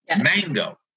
Mango